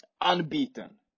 unbeaten